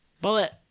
bullet